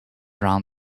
around